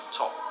top